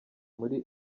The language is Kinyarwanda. muri